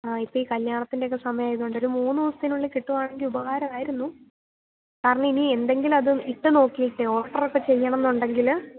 ആ ഇപ്പോള് ഈ കല്യാണത്തിൻ്റെയൊക്കെ സമയമായതുകൊണ്ട് ഒരു മൂന്ന് ദിവസത്തിനുള്ളില് കിട്ടുകയാണെങ്കില് ഉപകാരമായിരുന്നു കാരണം ഇനി എന്തെങ്കിലും അത് ഇട്ടുനോക്കിയിട്ട് ഓൾട്ടറൊക്കെ ചെയ്യണമെന്നുണ്ടെങ്കില്